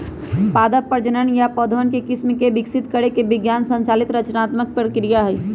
पादप प्रजनन नया पौधवन के किस्म के विकसित करे के विज्ञान संचालित रचनात्मक प्रक्रिया हई